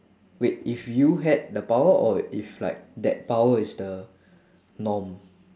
wait if you had the power or if like that power is the norm